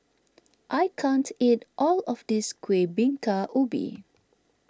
I can't eat all of this Kueh Bingka Ubi